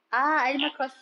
ya